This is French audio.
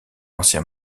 ancien